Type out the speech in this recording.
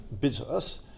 business